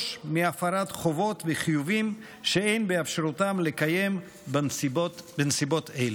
מהפרת חובות וחיובים שאין באפשרותם לקיים בנסיבות אלה.